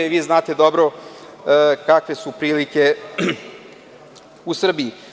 Vi znate dobro kakve su prilike u Srbiji.